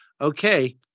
okay